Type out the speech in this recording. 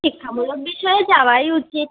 শিক্ষামূলক বিষয়ে যাওয়াই উচিত